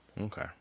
Okay